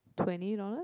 twenty dollars